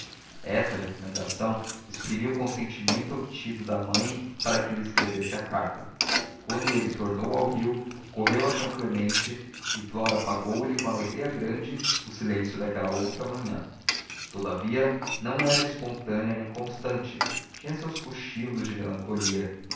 esta recomendação exprimia o consentimento obtido da mãe para que lhe escrevesse a carta quando ele tornou ao rio correu a são clemente e flora pagou-lhe com alegria grande o silêncio daquela outra manhã todavia não era espontânea nem constante tinha seus cochilos de melancolia